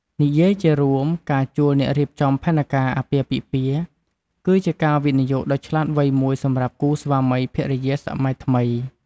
និយាយជារួម ការជួលអ្នករៀបចំផែនការអាពាហ៍ពិពាហ៍គឺជាការវិនិយោគដ៏ឆ្លាតវៃមួយសម្រាប់គូស្វាមីភរិយាសម័យថ្មី។